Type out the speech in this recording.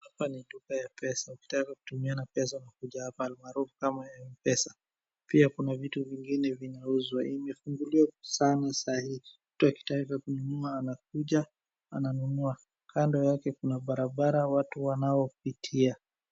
Hapa ni duka ya pesa. Ukitaka kutumiana pesa unakuja alimaarufu kama ya Mpesa. Pia kuna vitu vingine vinauza. Imefunguliwa sana sana saa hii. Mtu akitaka kununua anakuja ananunua. Kando yake kuna barabara watu wanaopitia.